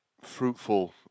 fruitful